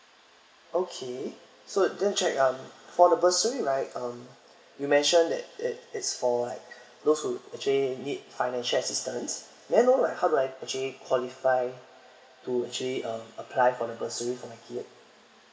okay so then check um for the bursary right um you mentioned that it it's for like those who actually need financial assistance may I know like how do I actually qualify to actually um apply for the bursary for my kid